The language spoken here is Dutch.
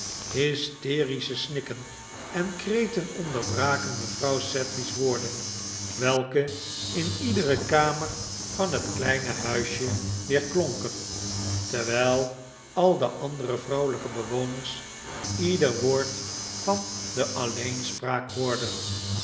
hysterische snikken en kreten onderbraken mevrouw sedley's woorden welke in iedere kamer van het kleine huisje weerklonken terwijl al de andere vrouwelijke bewoners ieder woord van de alleenspraak hoorden